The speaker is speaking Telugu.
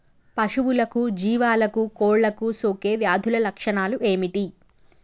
పశువులకు జీవాలకు కోళ్ళకు సోకే వ్యాధుల లక్షణాలు ఏమిటి?